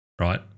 Right